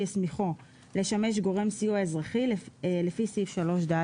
הסמיכו לשמש גורם סיוע אזרחי לפי סעיף 3ד,